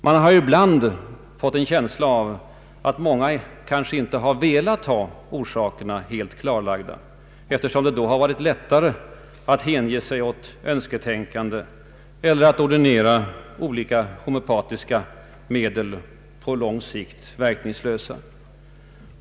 Man har ibland fått en känsla av att många kanske inte velat ha orsakerna helt klarlagda, eftersom det därmed har varit lättare att hänge sig åt önsketänkande eller att ordinera olika homeopatiska medel som varit verkningslösa på lång sikt.